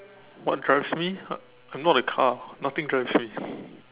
what drives me I'm not a car nothing drives me